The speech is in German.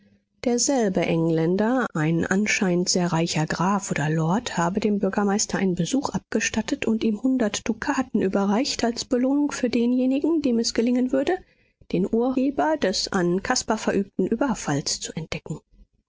derselbe engländer ein anscheinend sehr reicher graf oder lord habe dem bürgermeister einen besuch abgestattet und ihm hundert dukaten überreicht als belohnung für denjenigen dem es gelingen würde den urheber des an caspar verübten überfalls zu entdecken